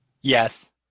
Yes